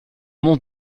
mon